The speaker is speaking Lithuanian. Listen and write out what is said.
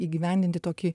įgyvendinti tokį